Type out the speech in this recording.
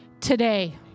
Today